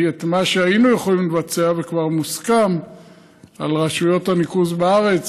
כי מה שהיינו יכולים לבצע וכבר מוסכם על רשויות הניקוז בארץ,